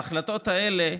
ההחלטות האלה,